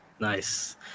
Nice